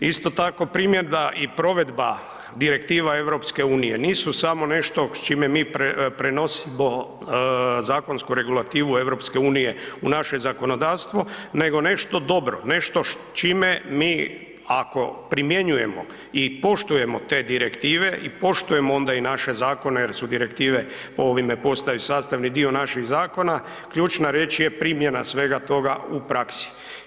Isto tako, primjena i provedba direktiva EU nisu samo nešto s čime mi prenosimo zakonsku regulativu EU u naše zakonodavstvo nego nešto dobro, nešto s čime mi ako primjenjujemo i poštujemo te direktive i poštujemo onda i naše zakone jer su direktive po ovime postaju i sastavni dio naših zakona, ključna riječ je primjena svega toga u praksi.